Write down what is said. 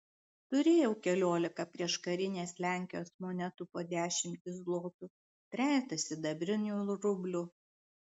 turėjau keliolika prieškarinės lenkijos monetų po dešimtį zlotų trejetą sidabrinių rublių